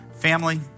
Family